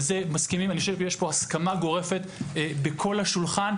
ואני חושב שיש פה הסכמה גורפת בכל השולחן,